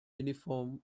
uniform